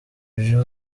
byo